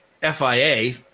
FIA